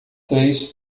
três